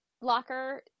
locker